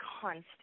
constant